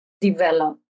develop